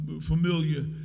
familiar